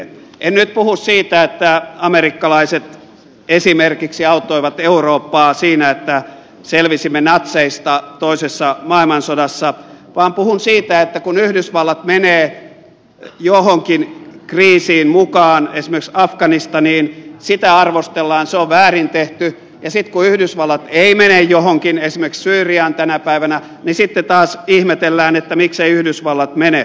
en nyt puhu siitä että amerikkalaiset esimerkiksi auttoivat eurooppaa siinä että selvisimme natseista toisessa maailmansodassa vaan puhun siitä että kun yhdysvallat menee johonkin kriisiin mukaan esimerkiksi afganistaniin sitä arvostellaan se on väärin tehty ja sitten kun yhdysvallat ei mene johonkin esimerkiksi syyriaan tänä päivänä niin sitten taas ihmetellään miksei yhdysvallat mene